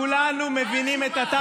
כולנו מבינים את הטקטיקה.